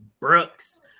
Brooks